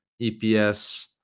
eps